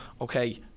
okay